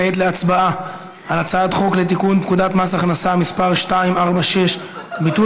כעת להצבעה על הצעת חוק לתיקון פקודת מס הכנסה (מס' 246) (ביטול